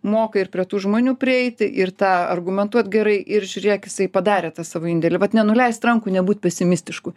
moka ir prie tų žmonių prieiti ir tą argumentuot gerai ir žiūrėk jisai padarė tą savo indėlį vat nenuleist rankų nebūt pesimistišku